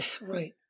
Right